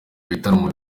bitaramo